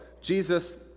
Jesus